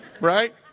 right